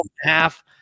half